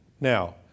Now